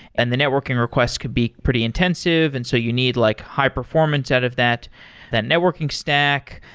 and the networking requests could be pretty intensive, and so you need like high performance out of that that networking stack.